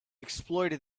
exploited